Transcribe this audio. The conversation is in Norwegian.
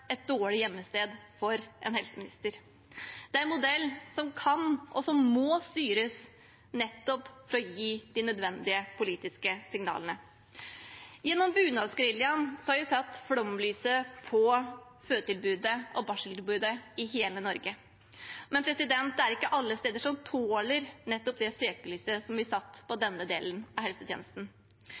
et dårlig hjemmested for en helseminister. Det er en modell som kan og må styres, nettopp for å gi de nødvendige politiske signalene. Gjennom bunadsgeriljaen har vi satt flomlyset på fødetilbudet og barseltilbudet i hele Norge. Men det er ikke alle steder som tåler nettopp det søkelyset som blir satt på denne delen av helsetjenesten.